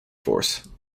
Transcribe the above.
force